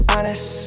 Honest